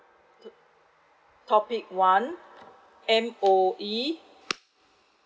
topic one M_O_E